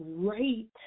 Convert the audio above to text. great